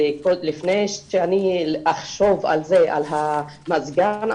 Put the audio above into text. לפני שאני אחשוב על המזגן,